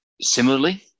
similarly